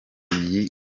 iyi